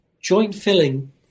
joint-filling